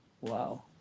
Wow